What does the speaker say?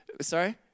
sorry